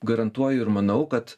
garantuoju ir manau kad